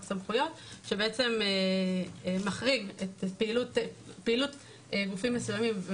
סמכויות שמחריג את הפעילות של גופים מסוימים,